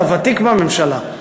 אתה ותיק בממשלה,